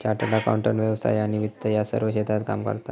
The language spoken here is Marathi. चार्टर्ड अकाउंटंट व्यवसाय आणि वित्त या सर्व क्षेत्रात काम करता